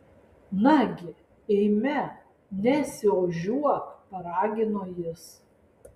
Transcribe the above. nagi eime nesiožiuok paragino jis